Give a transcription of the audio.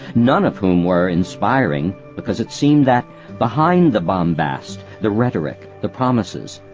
none of whom were inspiring because it seemed that behind the bombast, the rhetoric, the promises,